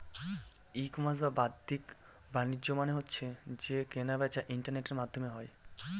ই commerce বা বাদ্দিক বাণিজ্য মানে হচ্ছে যে কেনা বেচা ইন্টারনেটের মাধ্যমে হয়